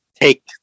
take